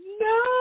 No